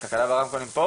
מודאגים.